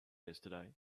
yesterday